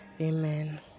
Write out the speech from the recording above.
amen